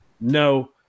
no